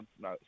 No